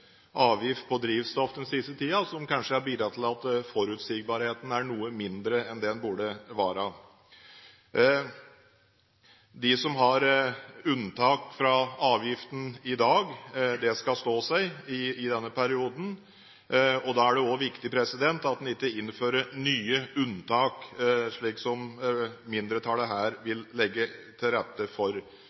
avgift på drivstoff den siste tiden som kanskje har bidratt til at forutsigbarheten er noe mindre enn det den burde være. Unntak fra avgiften i dag skal stå seg i denne perioden. Da er det også viktig at en ikke innfører nye unntak, slik som mindretallet her vil legge til rette for.